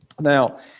Now